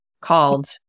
called